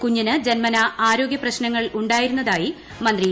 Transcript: കുഞ്ഞിന് ജന്മനാ ആരോഗൃപ്രശ്നങ്ങൾ ഉണ്ടായിരുന്നതായി മന്ത്രി കെ